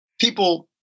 people